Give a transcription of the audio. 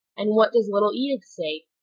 and what does little edith say?